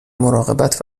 مراقبت